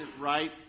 right